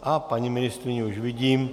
A paní ministryni už vidím.